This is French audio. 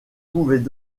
pouvaient